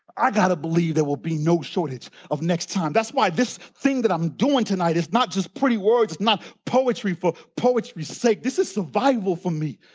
i have to believe there will be no shortage of next time. that's why this thing that i'm doing tonight is not just pretty words, not poetry for poetry sake. this is survival for me.